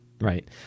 Right